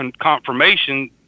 confirmation